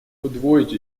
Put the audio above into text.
удвоить